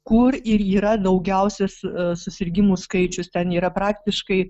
kur yra daugiausias susirgimų skaičius ten yra praktiškai